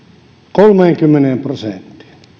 kolmeenkymmeneen prosenttiin